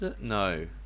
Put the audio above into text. No